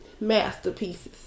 Masterpieces